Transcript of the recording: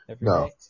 No